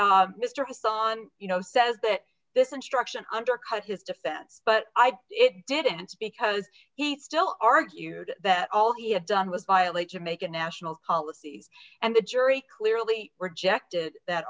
here mr hassan you know says that this instruction undercut his defense but i thought it didn't because he still argued that all he had done was violate jamaican national policies and the jury clearly rejected that